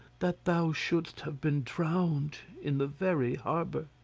that thou should'st have been drowned in the very harbour!